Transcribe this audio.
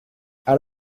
out